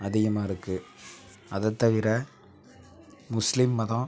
அதிகமாக இருக்குது அதை தவிர முஸ்லீம் மதம்